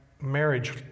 marriage